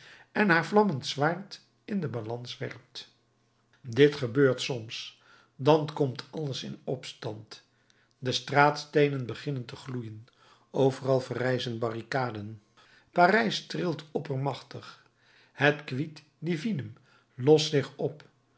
en haar vlammend zwaard in de balans werpt dit gebeurt soms dan komt alles in opstand de straatsteenen beginnen te gloeien overal verrijzen barricaden parijs trilt oppermachtig het quid divinum lost zich op